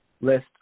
list